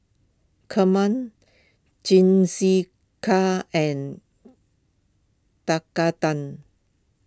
Kheema Jingisukan and Tekkadon